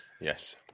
Yes